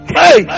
hey